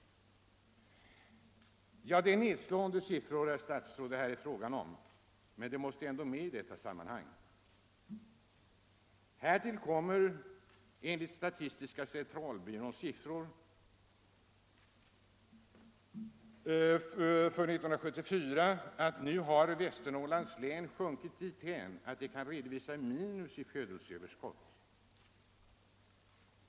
Detta är nedslående siffror, herr statsråd, men de måste tas med i sammanhanget. Härtill kommer enligt statistiska centralbyråns siffror den 30 september 1974 att läget i Västernorrlands län nu har försämrats så att länet redovisar födelseunderskott.